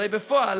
הרי בפועל,